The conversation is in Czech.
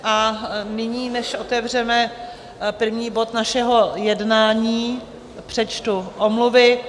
A nyní, než otevřeme první bod našeho jednání přečtu omluvy.